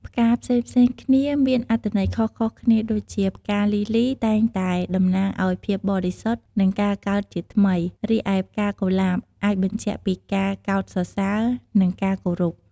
ផ្កាផ្សេងៗគ្នាមានអត្ថន័យខុសៗគ្នាដូចជា ផ្កាលីលីតែងតែតំណាងឱ្យភាពបរិសុទ្ធ និងការកើតជាថ្មី រីឯផ្កាកុលាបអាចបញ្ជាក់ពីការកោតសរសើរ និងការគោរព។